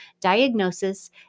diagnosis